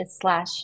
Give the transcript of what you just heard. slash